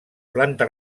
planta